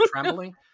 trembling